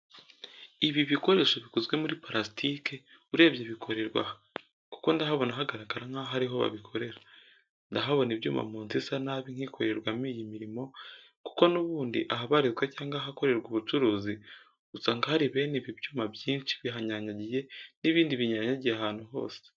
Ibi bikoresho bikozwe muri purasitike, urebye bikorerwa aha kuko ndahabona hagaragara nkaho ariho babikorera. Ndahabona ibyuma mu nzu isa nabi nk'ikorerwamo iyi mirimo. kuko n'ubundi ahabarizwa cyangwa ahakorerwa ubucuzi usanga hari bene ibi byuma byinshi bihanyanyagiye n'ibindi binyanyagiye ahantu hose.